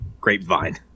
grapevine